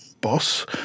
boss